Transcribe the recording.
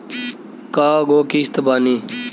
कय गो किस्त बानी?